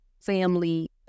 family